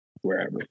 wherever